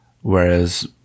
whereas